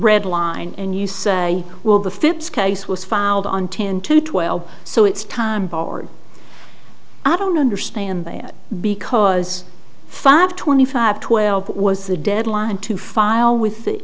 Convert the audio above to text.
red line and you say well the phipps case was filed on ten to twelve so it's time barred i don't understand that because five twenty five twelve was the deadline to file with the